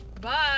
bye